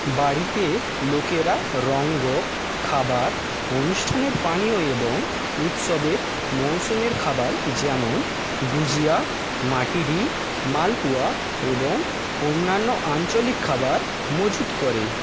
বাড়িতে লোকেরা রঙ্গক খাবার অনুষ্ঠানের পানীয় এবং উৎসবের মরসুমের খাবার যেমন গুজিয়া মাটিরি মালপুয়া এবং অন্যান্য আঞ্চলিক খাবার মজুদ করে